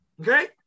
Okay